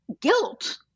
guilt